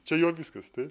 čia jo viskas taip